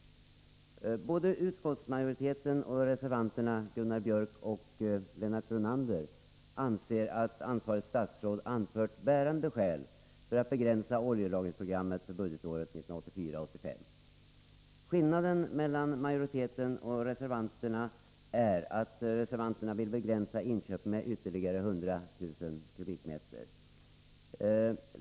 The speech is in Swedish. Både utskottsmajoriteten och reservanterna Gunnar Björk i Gävle och Lennart Brunander anser att ansvarigt statsråd anfört bärande skäl för att begränsa oljelagringsprogrammet för budgetåret 1984/85. Skillnaden mellan majoriteten och reservanterna är att reservanterna vill begränsa inköpen med ytterligare 100 000 m?.